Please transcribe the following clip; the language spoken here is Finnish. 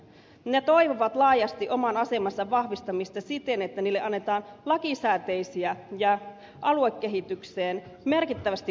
ne toivovat laajasti oman asemansa vahvistamista siten että niille annetaan lakisääteisiä ja aluekehitykseen merkittävästi vaikuttavia tehtäviä